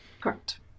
correct